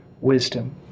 wisdom